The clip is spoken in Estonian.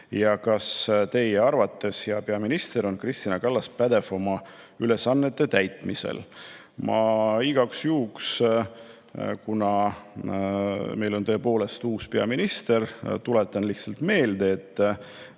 ja kas hea peaministri arvates on Kristina Kallas pädev oma ülesannete täitmisel. Ma igaks juhuks, kuna meil on tõepoolest uus peaminister, tuletan lihtsalt meelde, et